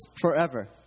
forever